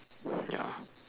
ya